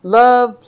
love